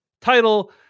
title